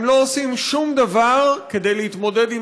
הם לא עושים שום דבר כדי להתמודד עם